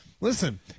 Listen